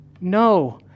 No